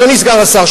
אדוני סגן השר,